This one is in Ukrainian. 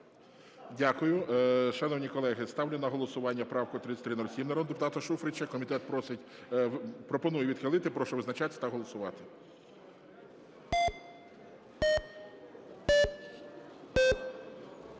Дякую. Шановні колеги, ставлю на голосування правку 3307 народного депутата Шуфрича. Комітет пропонує відхилити. Прошу визначатись та голосувати.